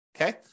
okay